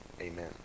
Amen